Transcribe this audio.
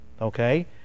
okay